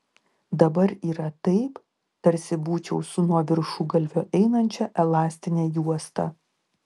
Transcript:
dabar yra taip tarsi būčiau su nuo viršugalvio einančia elastine juosta